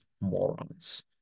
morons